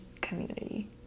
community